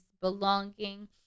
belonging